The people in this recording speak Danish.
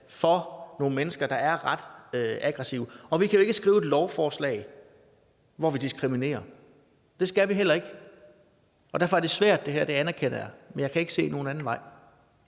for nogle mennesker, der er ret aggressive. Vi kan jo ikke skrive et lovforslag, hvor vi diskriminerer, og det skal vi heller ikke. Derfor er det her svært, det anerkender jeg, men jeg kan ikke se nogen anden vej.